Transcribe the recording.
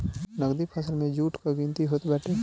नगदी फसल में जुट कअ गिनती होत बाटे